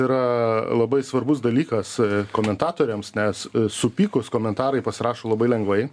yra labai svarbus dalykas komentatoriams nes supykus komentarai pasirašo labai lengvai